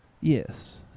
Yes